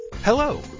Hello